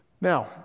Now